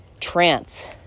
trance